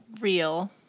Real